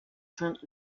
trent